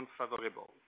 unfavorable